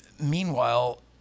meanwhile